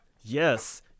Yes